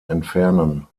entfernen